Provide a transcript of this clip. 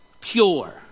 Pure